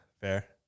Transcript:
fair